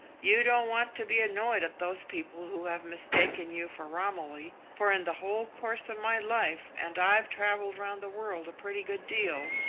you don't want to be annoyed at those people who have mistaken you for romilly, for in the whole course of my life, and i've travelled round the world a pretty good deal,